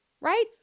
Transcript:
right